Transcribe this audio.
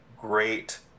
great